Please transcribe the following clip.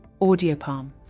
Audiopalm